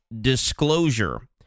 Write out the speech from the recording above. disclosure